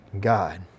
God